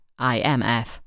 IMF